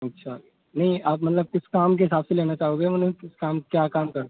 अच्छा नहीं आप मतलब कुछ काम के हिसाब से लेना चाहोगे मतलब कुछ काम क्या काम कर